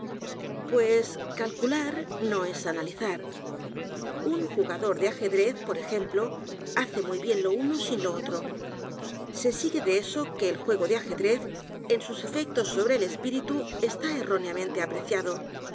s calcular no es analizar un j u g a d o r de ajedrez por ejemplo h a c e m u y bien lo uno sin lo otro se sigue de eso que el juego de ajedrez en sus efectos sobre el espíritu está erróneamente apreciado